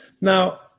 Now